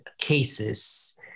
cases